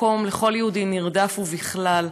מקום לכל יהודי נרדף ובכלל.